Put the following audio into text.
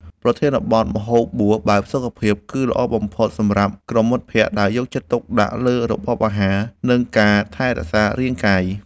ប្រធានបទ ម្ហូបបួសបែបសុខភាព គឺល្អបំផុតសម្រាប់ក្រុមមិត្តភក្តិដែលយកចិត្តទុកដាក់លើរបបអាហារ និងការថែរក្សារាងកាយ។